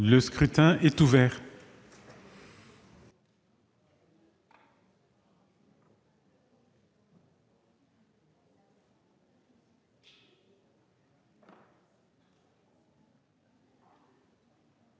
Le scrutin est ouvert.